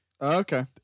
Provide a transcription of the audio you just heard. okay